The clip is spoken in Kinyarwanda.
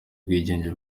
ubwigenge